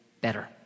better